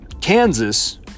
Kansas